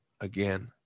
again